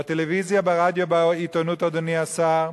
בטלוויזיה, ברדיו ובעיתונות, אדוני השר,